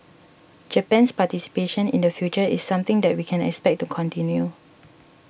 Japan's participation in the future is something that we can expect to continue